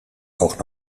auch